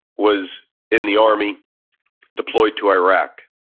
was in the army deployed to iraq.